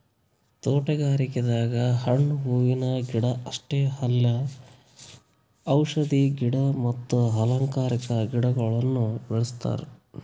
ತೋಟಗಾರಿಕೆದಾಗ್ ಹಣ್ಣ್ ಹೂವಿನ ಗಿಡ ಅಷ್ಟೇ ಅಲ್ದೆ ಔಷಧಿ ಗಿಡ ಮತ್ತ್ ಅಲಂಕಾರಿಕಾ ಗಿಡಗೊಳ್ನು ಬೆಳೆಸ್ತಾರ್